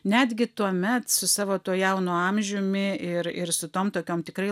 netgi tuomet su savo tuo jaunu amžiumi ir ir su tom tokiom tikrai